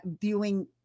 viewing